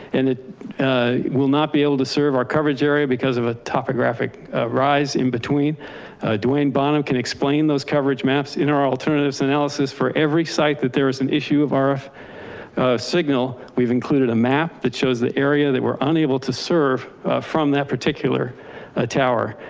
and it will not be able to serve our coverage area because of a topographic rise in between dwayne bano can explain those coverage maps in our alternatives analysis for every site, that there was an issue of rf signal. we've included a map that shows the area that we're unable to serve from that particular ah tower.